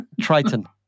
Triton